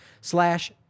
slash